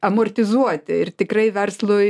amortizuoti ir tikrai verslui